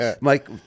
Mike